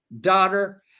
daughter